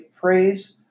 praise